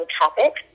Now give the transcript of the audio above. topic